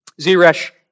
Zeresh